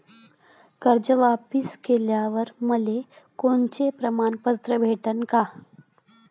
कर्ज वापिस केल्यावर मले कोनचे प्रमाणपत्र भेटन का?